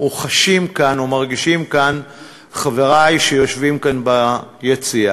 או חשים כאן או מרגישים כאן חברי שיושבים כאן ביציע.